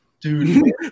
Dude